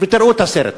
ותראו את הסרט.